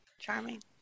Charming